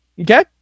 Okay